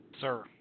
Sir